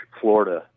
Florida